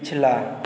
पिछला